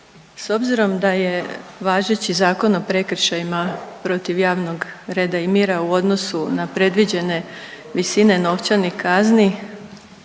S obzirom da je važeći Zakon o prekršajima protiv javnog reda i mira u odnosu na predviđene visine novčanih kazni